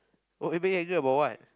oh Megan angry about what